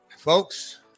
Folks